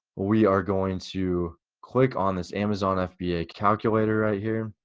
we are going to click on this amazon fba calculator right here,